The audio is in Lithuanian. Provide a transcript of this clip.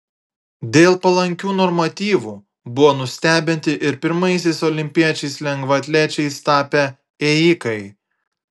dėl palankių normatyvų buvo nustebinti ir pirmaisiais olimpiečiais lengvaatlečiais tapę ėjikai